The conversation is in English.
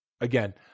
again